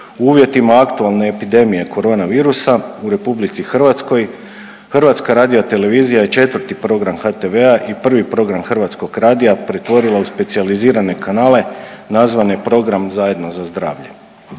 uvjetima aktualne epidemije koronavirusa u RH, HRT je 4. program HTV-a i 1. program Hrvatskog radija pretvorila u specijalizirane kanale nazvane program Zajedno za zdravlje.